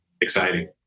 exciting